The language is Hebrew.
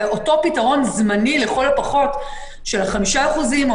ואותו פתרון זמני לכל הפחות של 5% או